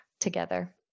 together